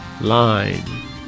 line